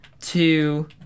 two